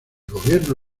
gobierno